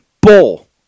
Bull